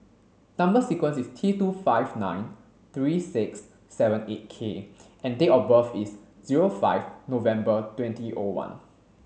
number sequence is T two five nine three six seven eight K and date of birth is zero five November twenty O one